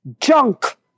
junk